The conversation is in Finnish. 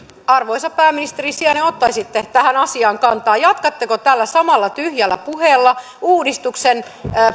arvoisa pääministerin sijainen ottaisitte tähän asiaan kantaa jatkatteko tällä samalla tyhjällä puheella uudistuksen